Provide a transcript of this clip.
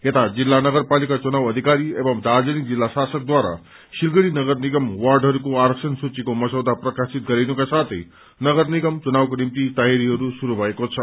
यता जिल्ला नगरपालिका चुनाव अधिकारी एंव दार्जीलिङ जिल्ला शासकद्वारा सिलगढ़ी नगर निगम र्वाडहरूको आरक्षण सूचीको मसौदा प्रकाशित गरिनुको साथै नगर निगम चुनावको निम्ति तयारीहरू शुरू भएको छ